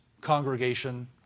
congregation